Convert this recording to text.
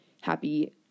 happy